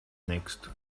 next